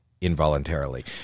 involuntarily